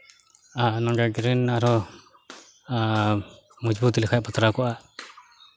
ᱟᱨ ᱱᱚᱰᱮ ᱰᱨᱮᱹᱱ ᱟᱨᱦᱚᱸ ᱢᱚᱡᱽᱵᱩᱛ ᱞᱮᱠᱷᱟᱡ ᱵᱟᱛᱨᱟᱣ ᱠᱚᱜᱼᱟ